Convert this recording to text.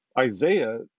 Isaiah